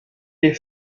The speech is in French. est